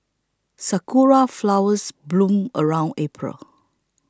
sakura flowers bloom around April